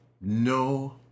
no